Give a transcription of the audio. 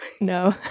No